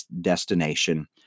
destination